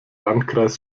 landkreis